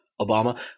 Obama